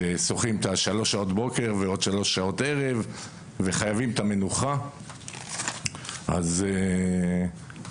שוחים שלוש שעות בוקר ושלוש שעות ערב וחייבים מנוחה אז שלא